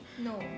No